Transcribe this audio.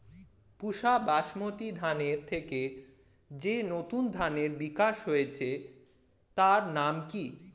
পুসা বাসমতি ধানের থেকে যে নতুন ধানের বিকাশ হয়েছে তার নাম কি?